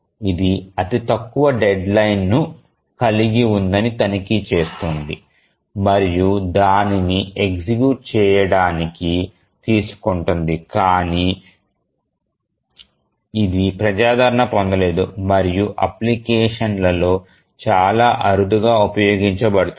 ఇది అతి తక్కువ డెడ్లైన్ ను కలిగి ఉందని తనిఖీ చేస్తుంది మరియు దానిని ఎగ్జిక్యూట్ చేయడానికి తీసుకుంటుంది కానీ ఇది ప్రజాదరణ పొందలేదు మరియు అప్లికేషన్లలో చాలా అరుదుగా ఉపయోగించబడుతుంది